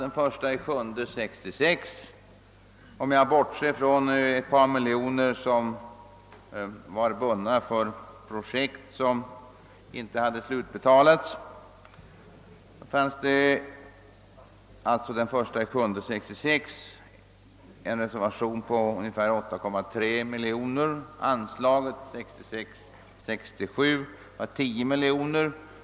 Det fanns den 1 juli 1966, bortsett från ett par miljoner kronor som var bundna för projekt för vilka slutbetalning inte hade skett, en reservation på ungefär 8,3 miljoner kronor. Anslaget för budgetåret 1966/ 67 var 10 miljoner kronor.